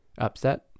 upset